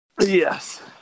Yes